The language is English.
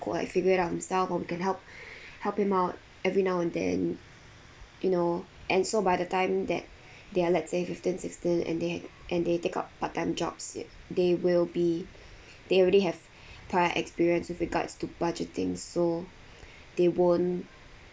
figure it out himself or we can help help him out every now and then you know and so by the time that they are let's say fifteen sixteen and they and they take up part-time jobs they will be they already have prior experience with regards to budgeting so they won't